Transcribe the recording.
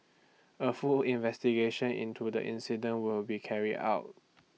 A full investigation into the incident will be carried out